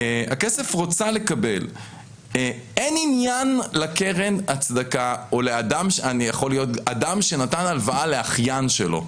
אין עניין לקרן הצדקה או לאדם שנתן הלוואה לאחיין שלו,